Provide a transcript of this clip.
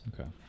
Okay